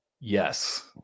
yes